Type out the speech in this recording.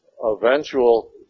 eventual